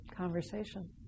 conversation